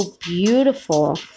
beautiful